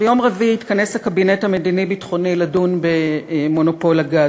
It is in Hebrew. ביום רביעי יתכנס הקבינט המדיני-ביטחוני לדון במונופול הגז.